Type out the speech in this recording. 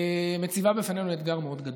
מציבה בפנינו אתגר מאוד גדול.